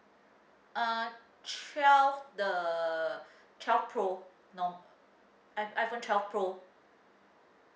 uh twelve the twelve pro no I iphone twelve pro